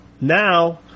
Now